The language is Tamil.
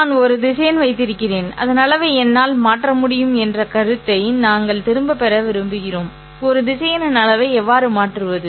நான் ஒரு திசையன் வைத்திருக்கிறேன் அதன் அளவை என்னால் மாற்ற முடியும் என்ற கருத்தை நாங்கள் திரும்பப் பெற விரும்புகிறோம் ஒரு திசையனின் அளவை எவ்வாறு மாற்றுவது